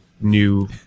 new